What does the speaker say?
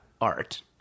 art